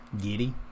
giddy